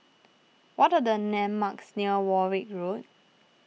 what are the landmarks near Warwick Road